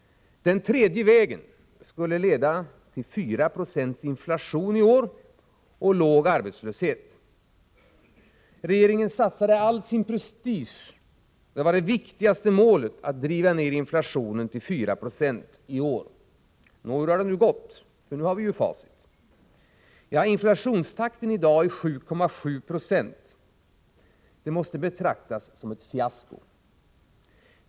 ”Den tredje vägen” skulle leda till 4 90 inflation i år och låg arbetslöshet. Regeringen satsade all sin prestige på att driva ner inflationen till 4 96 i år. Det var det viktigaste målet. Hur har det då gått? Jo, i dag är inflationstakten 7,7 20. Det måste betraktas som ett fiasko.